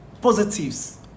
positives